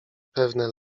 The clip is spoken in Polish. pewne